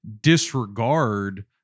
disregard